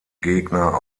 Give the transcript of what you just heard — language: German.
gegner